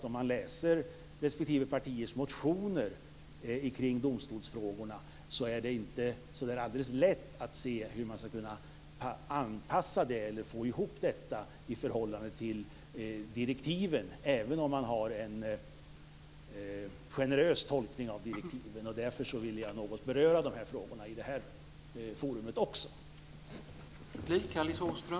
Om man läser respektive partiers motioner om domstolsfrågorna, finner man att det inte är så alldeles lätt att göra en anpassning i förhållande till direktiven, även om man gör en generös tolkning av direktiven. Därför ville jag något beröra frågan också i detta forum.